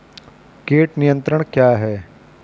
कीट नियंत्रण क्या है?